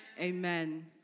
Amen